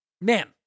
man